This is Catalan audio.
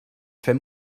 fer